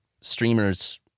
streamers